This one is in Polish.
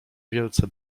wielce